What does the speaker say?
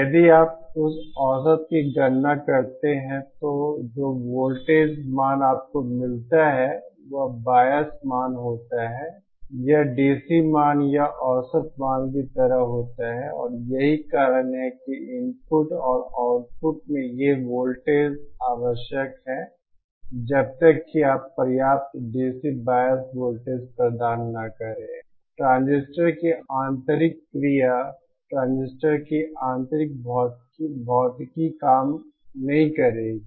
यदि आप उस औसत की गणना करते हैं तो जो वोल्टेज मान आपको मिलता है वह बायस मान होता है यह डीसी मान या औसत मान की तरह होता है और यही कारण है कि इनपुट और आउटपुट में ये वोल्टेज आवश्यक हैं जब तक कि आप पर्याप्त डीसी बायस वोल्टेज प्रदान न करें ट्रांजिस्टर की आंतरिक क्रिया ट्रांजिस्टर की आंतरिक भौतिकी काम नहीं करेगी